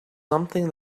something